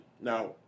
Now